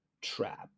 trap